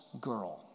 girl